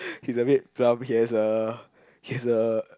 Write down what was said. he's a bit plump he has a he has a